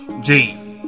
Gene